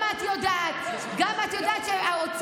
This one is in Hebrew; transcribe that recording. גם את יודעת שבאוצר,